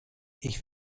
ich